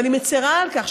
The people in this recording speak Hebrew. ואני מצירה על כך,